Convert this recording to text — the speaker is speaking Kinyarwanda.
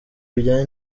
bijyanye